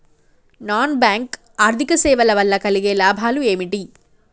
Non bank ఆర్థిక సేవల వల్ల కలిగే లాభాలు ఏమిటి?